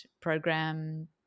program